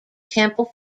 temple